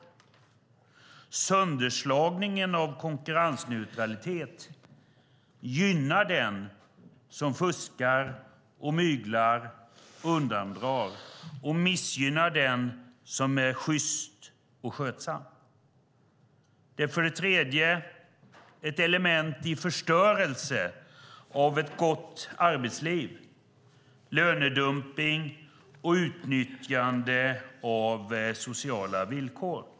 För det andra: Sönderslagningen av konkurrensneutralitet gynnar den som fuskar, myglar och undandrar och missgynnar den som är sjyst och skötsam. För det tredje: Det är ett element i förstörelsen av ett gott arbetsliv med lönedumpning och utnyttjande av sociala villkor.